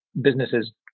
businesses